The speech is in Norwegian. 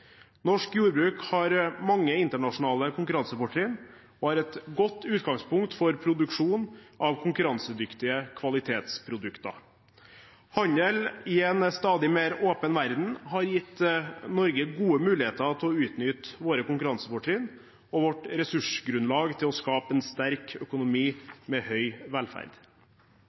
Norsk jordbruk har mange internasjonale konkurransefortrinn og har et godt utgangspunkt for produksjon av konkurransedyktige kvalitetsprodukter. Handel i en stadig mer åpen verden har gitt Norge gode muligheter til å utnytte våre konkurransefortrinn og vårt ressursgrunnlag til å skape en sterk økonomi med høy velferd.